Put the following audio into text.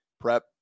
Prep